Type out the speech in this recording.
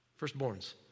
Firstborns